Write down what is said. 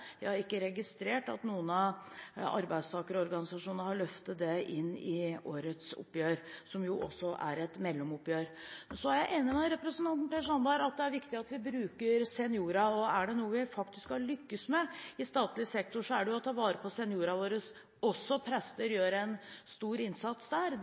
Jeg har ikke registrert at noen av arbeidstakerorganisasjonene har løftet dette inn i årets oppgjør, som også er et mellomoppgjør. Så er jeg enig med representanten Per Sandberg i at det er viktig at vi bruker seniorene. Og er det noe vi faktisk har lyktes med i statlig sektor, er det å ta vare på seniorene våre. Også prester gjør en stor innsats.